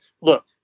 look